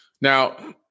Now